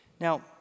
Now